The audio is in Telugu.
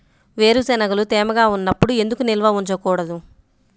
వేరుశనగలు తేమగా ఉన్నప్పుడు ఎందుకు నిల్వ ఉంచకూడదు?